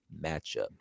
matchup